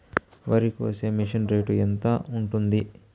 వరికోసే machine rate ఎంత ఉంటుంది?